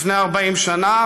לפני 40 שנה,